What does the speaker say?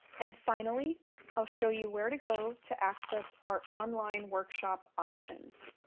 and finally i'll show you where to go to access our online workshop options.